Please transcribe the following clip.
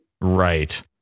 Right